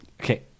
Okay